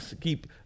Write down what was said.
keep